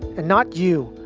and not you,